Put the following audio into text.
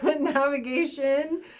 navigation